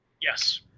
Yes